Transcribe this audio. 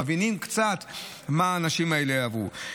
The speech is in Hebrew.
ומבינים קצת מה האנשים האלה עברו.